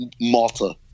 Malta